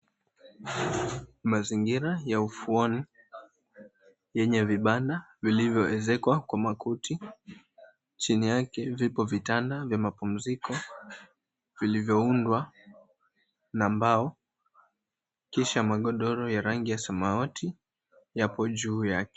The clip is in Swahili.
Mazingira ya ufuoni yenye vibanda vilivyoezekwa kwa makuti. Chini yake vipo vitanda vya mapumziko vilivyoundwa na mbao kisha magodoro ya rangi ya samawati yapo juu yake.